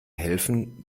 helfen